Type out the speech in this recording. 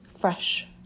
fresh